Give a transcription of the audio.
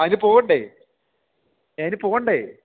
അതിനു പോകണ്ടേ അതിനു പോകണ്ടേ